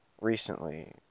recently